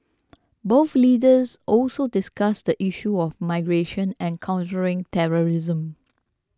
both leaders also discussed the issues of migration and countering terrorism